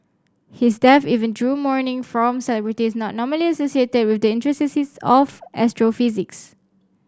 his death even drew mourning from celebrities not normally associated with the intricacies of astrophysics